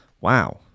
Wow